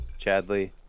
Chadley